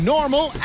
Normal